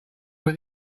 were